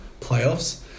playoffs